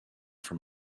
from